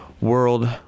World